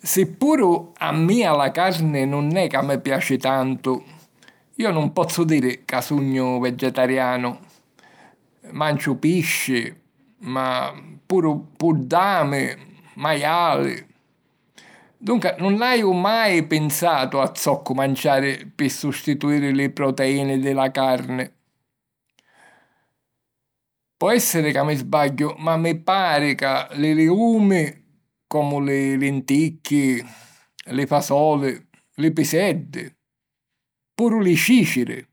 Si puru a mia la carni nun è ca mi piaci tantu, iu nun pozzu diri ca sugnu vegetarianu. Manciu pisci, ma puru puddami, maiali. Dunca, nun haju mai pinsatu a zoccu manciari pi sustituìri li proteìni di la carni. Po èssiri ca mi sbagghiu, ma mi pari ca li ligumi, comu li linticchi, li fasoli, li piseddi, puru li cìciri,